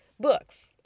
books